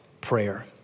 prayer